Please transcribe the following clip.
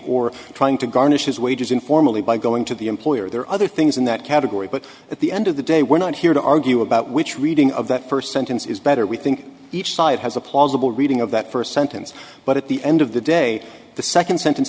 or trying to garnish his wages informally by going to the employer there are other things in that category but at the end of the day we're not here to argue about which reading of that first sentence is better we think each side has a plausible reading of that first sentence but at the end of the day the second sentence